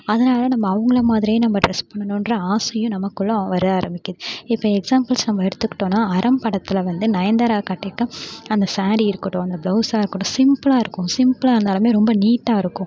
அதனால் நம்ம அவங்கள மாதிரியே நம்ம டிரெஸ் பண்ணணுகிற ஆசையும் நமக்குள்ளே வர ஆரம்பிக்குது இப்போ எக்ஸ்சாம்புல்ஸ் நம்ம எடுத்துக்கிட்டோன்னால் அறம் படத்தில் வந்து நயன்தாரா கட்டியிருக்க அந்த சாரீ இருக்கட்டும் அந்த பிளவுஸ்ஸாக இருக்கட்டும் சிம்புலாயிருக்கும் சிம்புலாக இருந்தாலுமே ரொம்ப நீட்டாயிருக்கும்